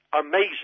amazing